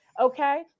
okay